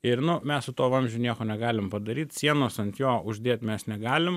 ir nu mes su tuo vamzdžiu nieko negalim padaryt sienos ant jo uždėt mes negalim